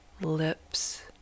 lips